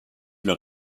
leur